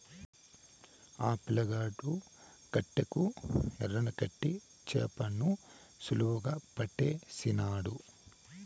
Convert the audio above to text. ఆ పిల్లగాడు కట్టెకు ఎరకట్టి చేపలను సులువుగా పట్టేసినాడు